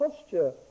posture